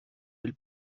elle